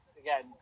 again